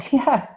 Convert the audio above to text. yes